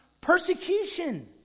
persecution